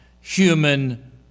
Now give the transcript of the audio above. human